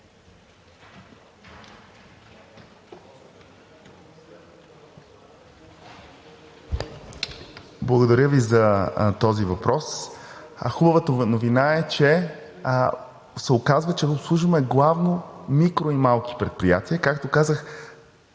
Благодаря Ви за този въпрос. Хубавата новина е, че се оказва, че обслужваме главно микро- и малки предприятия. Както казах,